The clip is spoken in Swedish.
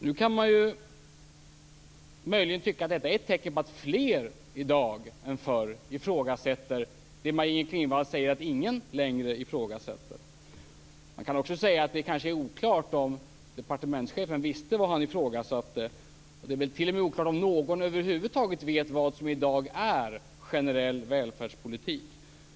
Nu kan man möjligen tycka att detta är ett tecken på att fler i dag ifrågasätter det som Maj-Inger Klingvall säger att ingen längre ifrågasätter. Det är kanske oklart om departementschefen visste vad han ifrågasatte. Det är t.o.m. oklart om över huvud taget någon i dag vet vad som är generell välfärdspolitik.